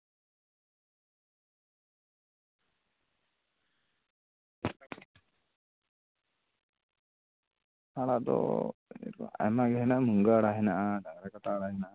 ᱟᱲᱟᱜ ᱫᱚ ᱟᱭᱢᱟ ᱜᱮ ᱦᱮᱱᱟᱜᱼᱟ ᱢᱩᱱᱜᱟᱹ ᱟᱲᱟᱜ ᱦᱮᱱᱟᱜᱼᱟ ᱰᱟᱝᱨᱟ ᱠᱟᱴᱟ ᱟᱲᱟᱜ ᱦᱮᱱᱟᱜᱼᱟ